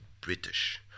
British